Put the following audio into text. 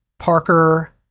Parker